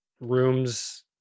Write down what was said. rooms